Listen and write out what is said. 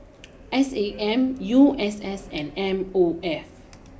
S A M U S S and M O F